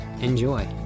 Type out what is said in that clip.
Enjoy